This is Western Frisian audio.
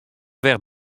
wer